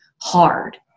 hard